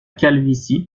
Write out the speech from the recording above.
calvitie